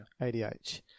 ADH